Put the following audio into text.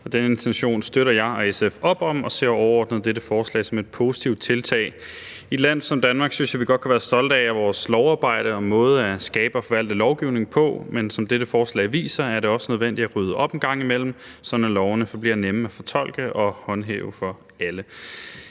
Den intention støtter jeg og SF op om og ser overordnet dette forslag som et positivt tiltag. I et land som Danmark synes jeg godt vi kan være stolte af vores lovarbejde og måde at skabe og forvalte lovgivning på, men som dette lovforslag viser, er det også nødvendigt at rydde op en gang imellem, sådan at lovene forbliver nemme at fortolke og håndhæve for alle.